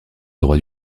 droit